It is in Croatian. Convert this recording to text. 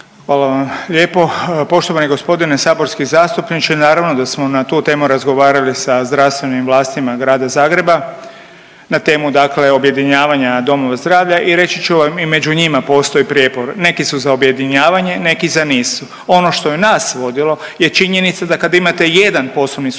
Hvala lijepo. Poštovani gospodine saborski zastupniče naravno da smo na tu temu razgovarali sa zdravstvenim vlastima grada Zagreba na temu, dakle objedinjavanja domova zdravlja. I reći ću vam i među njima postoji prijepor. Neki su za objedinjavanje, neki za nisu. Ono što je nas vodilo je činjenica da kada imate jedan poslovni subjekt